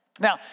Now